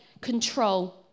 control